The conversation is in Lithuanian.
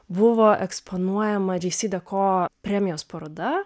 buvo eksponuojama džeisideko premijos paroda